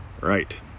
Right